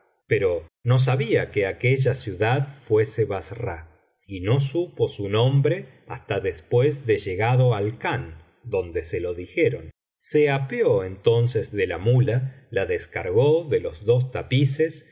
pero no sabía que aquella ciudad fuese bassra y no supo sa nombre hasta después de llegado al khan donde se lo dijeron se apeó entonces de la muía la descargó de los dos tapices de